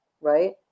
right